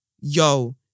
Yo